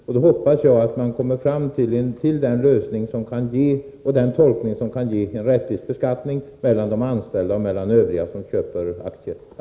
Jag hoppas att man kommer fram till en lösning och tolkning som kan ge en rättvis beskattning för de anställda och även för övriga som köper aktier.